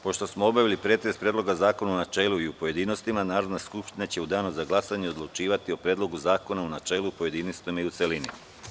Pošto smo obavili pretres Predloga zakona u načelu i u pojedinostima, Narodna skupština će u Danu za glasanje odlučivati o Predlogu zakona u načelu, pojedinostima i u celini.